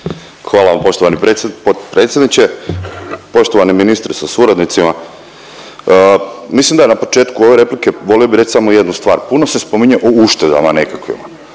Hvala vam poštovani predsjedniče, poštovani ministre sa suradnicima. Mislim da je na početku ove replike volio bih reći samo jednu stvar. Puno se spominje o uštedama nekakvim.